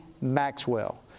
Maxwell